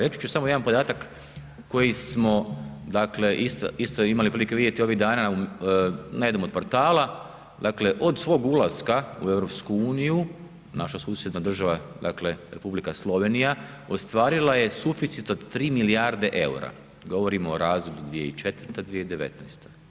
Reći ću samo jedan podatak koji smo dakle isto imali prilike vidjeti ovih dana na jednom od portala, dakle od svog ulaska u EU, naša susjedna država dakle Republika Slovenija, ostvarila je suficit od 3 milijarde eura, govorimo o razdoblju 2004.-2019.